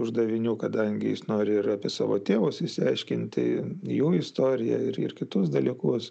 uždavinių kadangi jis nori ir apie savo tėvus išsiaiškinti jų istoriją ir ir kitus dalykus